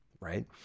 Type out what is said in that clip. right